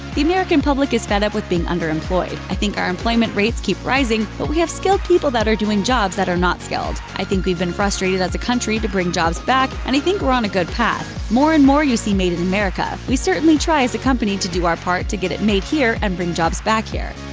the american public is fed up with being underemployed. i think our employment rate keeps rising, but we have skilled people that are doing jobs that are not skilled. i think we've been frustrated as a country to bring jobs back, and i think we're on a good path. more and more you see made in america we certainly try as a company to do our part to get it made here and bring jobs back here.